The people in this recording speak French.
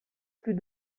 plus